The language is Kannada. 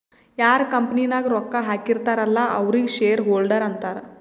ಯಾರ್ ಕಂಪನಿ ನಾಗ್ ರೊಕ್ಕಾ ಹಾಕಿರ್ತಾರ್ ಅಲ್ಲಾ ಅವ್ರಿಗ ಶೇರ್ ಹೋಲ್ಡರ್ ಅಂತಾರ